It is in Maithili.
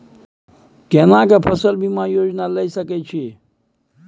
केना के फसल बीमा योजना लीए सके छी?